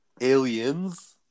Aliens